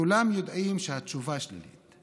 כולם יודעים שהתשובה שלילית.